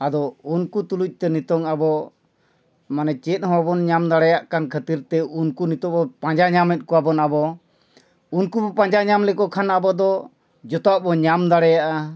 ᱟᱫᱚ ᱩᱱᱠᱩ ᱛᱩᱞᱩᱡ ᱛᱮ ᱱᱤᱛᱚᱝ ᱟᱵᱚ ᱢᱟᱱᱮ ᱪᱮᱫ ᱦᱚᱸ ᱵᱟᱵᱚᱱ ᱧᱟᱢ ᱫᱟᱲᱮᱭᱟᱜ ᱠᱟᱱ ᱠᱷᱟᱹᱛᱤᱨ ᱛᱮ ᱩᱱᱠᱩ ᱱᱤᱛᱳᱜ ᱵᱚ ᱯᱟᱸᱡᱟ ᱧᱟᱢᱮᱫ ᱠᱚᱣᱟᱵᱚᱱ ᱟᱵᱚ ᱩᱱᱠᱩ ᱵᱚ ᱯᱟᱸᱡᱟ ᱧᱟᱢ ᱞᱮᱠᱚ ᱠᱷᱟᱱ ᱟᱵᱚ ᱫᱚ ᱡᱚᱛᱚᱣᱟᱜ ᱵᱚᱱ ᱧᱟᱢ ᱫᱟᱲᱮᱭᱟᱜᱼᱟ